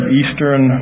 eastern